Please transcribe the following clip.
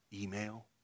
Email